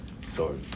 sorry